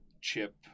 chip